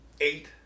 eight